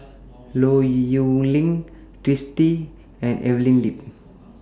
Low Yen Ling Twisstii and Evelyn Lip